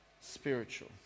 spiritual